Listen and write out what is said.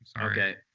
okay